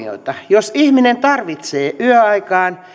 jos ihminen tarvitsee yöaikaan